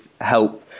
help